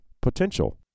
Potential